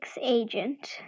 agent